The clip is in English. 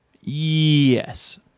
Yes